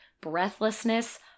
breathlessness